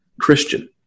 Christian